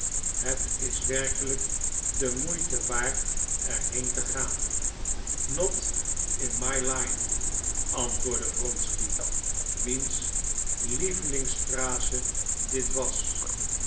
het is werkelijk de moeite waard er heen te gaan not in my line antwoordde wronsky wiens lievelingsphrase dit was